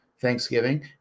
Thanksgiving